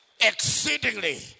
exceedingly